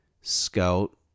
scout